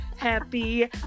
Happy